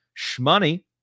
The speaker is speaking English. Shmoney